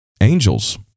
Angels